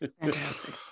Fantastic